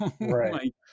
Right